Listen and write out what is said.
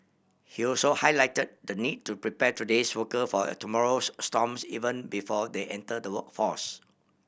he also highlight the need to prepare today's worker for tomorrow's storms even before they enter the workforce